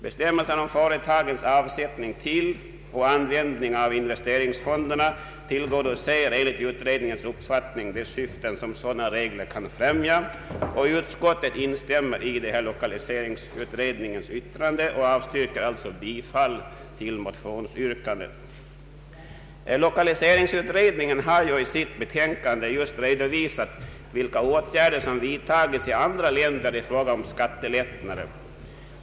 Bestämmelserna om företagens avsättning till och användning av investeringsfonderna tillgodoser enligt utredningens uppfattning de syften sådana regler kan främja. Utskottet instämmer i lokaliseringsutredningens yttrande och avstyrker bifall till motionsyrkandet. Lokaliseringsutredningen har ju i sitt betänkande redovisat vilka åtgärder som vidtagits i andra länder i fråga om skattelättnader.